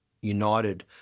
united